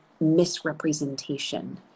misrepresentation